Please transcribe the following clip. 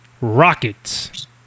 Rockets